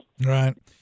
right